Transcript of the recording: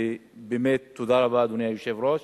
ובאמת תודה רבה, אדוני יושב-ראש